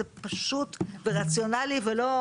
זה פשוט ורציונלי ולא,